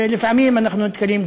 ולפעמים אנחנו נתקלים,